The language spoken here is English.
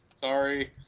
Sorry